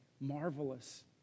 marvelous